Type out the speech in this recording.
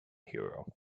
hero